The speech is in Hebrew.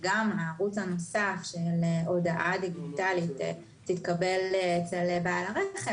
שגם הערוץ הנוסף של הודעה דיגיטלית יתקבל אצל בעל הרכב,